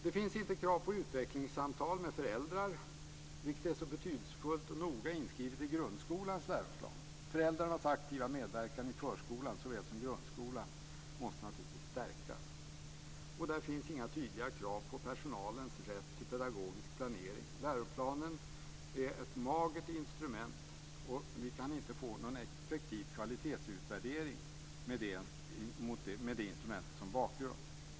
Det finns inte krav på utvecklingssamtal med föräldrar, vilket är så betydelsefullt och noga inskrivet i grundskolans läroplan. Föräldrarnas aktiva medverkan i såväl förskolan som grundskolan måste naturligtvis stärkas. Och där finns inga tydliga krav på personalens rätt till pedagogisk planering. Läroplanen är ett magert instrument. Och vi kan inte få någon effektiv kvalitetsutvärdering med det instrumentet som bakgrund.